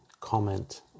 comment